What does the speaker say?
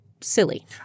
silly